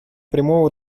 прямого